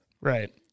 right